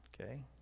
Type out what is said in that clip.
okay